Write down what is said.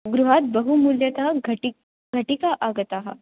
गृहात् बहु मूल्यतः घटिका आगता